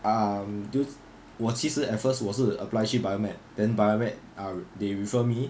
um 就我其实 at first 我是 apply 去 bio med then bio med ah they refer me